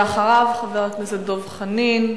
לאחריו, חבר הכנסת דב חנין,